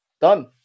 Done